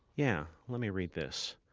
yeah, let me read this